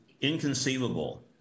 inconceivable